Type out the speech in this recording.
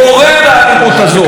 גורם לאלימות הזאת,